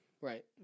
right